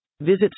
Visit